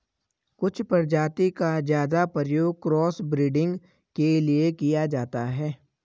कुछ प्रजाति का ज्यादा प्रयोग क्रॉस ब्रीडिंग के लिए किया जाता है